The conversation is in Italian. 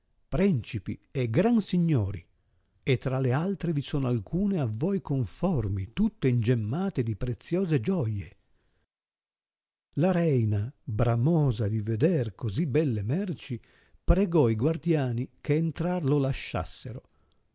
prencipi e gran signori e tra le altre vi sono alcune a voi conformi tutte ingemmate di preziose gioie la reina bramosa di veder così belle merci pregò i guardiani che entrar lo lasciassero